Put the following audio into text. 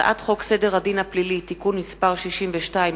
ובהצעת חוק סדר הדין הפלילי (תיקון מס' 62),